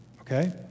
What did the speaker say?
Okay